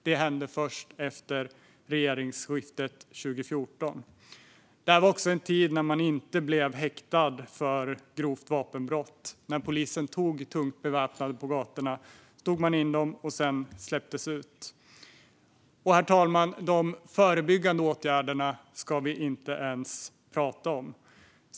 Det hände först efter regeringsskiftet 2014. Detta var en tid när personer inte blev häktade för grovt vapenbrott. Polisen grep tungt beväpnade på gatorna och tog in dem, men sedan släpptes de ut. De förebyggande åtgärderna ska vi inte ens prata om, herr talman.